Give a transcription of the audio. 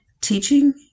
teaching